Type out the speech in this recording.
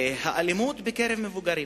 האלימות בקרב מבוגרים,